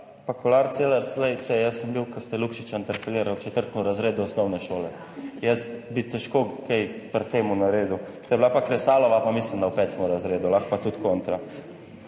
Kolar Celarc. Glejte, jaz sem bil, ko ste Lukšiča interpelirali v četrtem razredu osnovne šole, jaz bi težko kaj pri tem naredil. Ko je bila pa Kresalova, pa mislim, da v petem razredu, lahko pa tudi kontra.